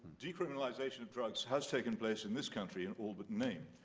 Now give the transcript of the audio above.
decriminalization of drugs has taken place in this country in all but name.